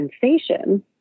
sensation